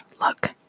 Look